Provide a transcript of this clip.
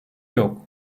yok